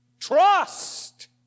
Trust